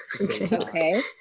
Okay